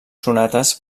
sonates